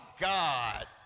God